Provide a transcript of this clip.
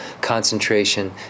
concentration